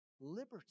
liberty